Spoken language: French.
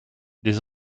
des